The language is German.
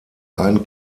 einen